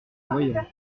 voyant